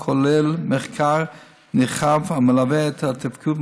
הכולל מחקר נרחב המלווה את התפקיד,